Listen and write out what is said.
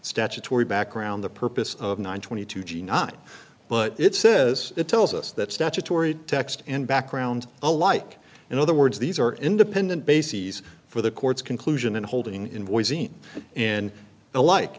statutory background the purpose of one twenty two g not but it says it tells us that statutory text and background alike in other words these are independent bases for the court's conclusion and holding in boise and the like